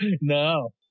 no